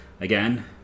Again